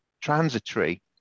transitory